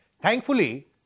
Thankfully